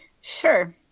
Sure